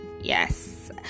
Yes